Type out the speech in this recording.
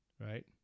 right